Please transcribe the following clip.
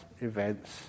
events